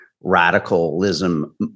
radicalism